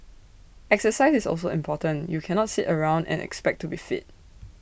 exercise is also important you cannot sit around and expect to be fit